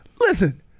Listen